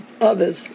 others